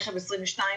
תיכף 22',